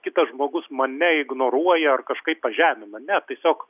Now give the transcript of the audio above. kitas žmogus mane ignoruoja ar kažkaip pažemina ne tiesiog